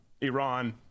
Iran